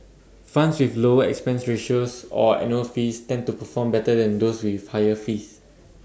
funds with lower expense ratios or annual fees tend to perform better than those with higher fees